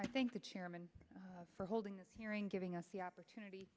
i thank the chairman for holding this hearing giving us the opportunity